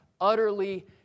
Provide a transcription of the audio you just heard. utterly